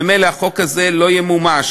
וממילא החוק הזה לא ימומש.